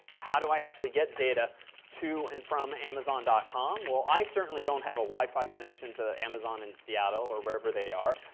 how do i actually get data to and from amazon com? well, i certainly don't have a wi-fi connection to amazon in seattle or wherever they are.